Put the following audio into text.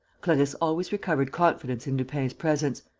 clarisse always recovered confidence in lupin's presence.